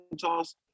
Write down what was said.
toss